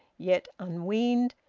yet unweaned,